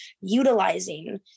utilizing